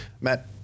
Matt